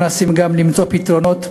מנסים גם למצוא פתרונות,